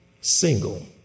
single